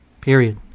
Period